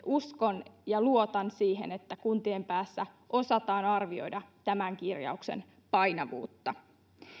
uskon ja luotan siihen että kuntien päässä osataan arvioida tämän kirjauksen painavuutta